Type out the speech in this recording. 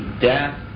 death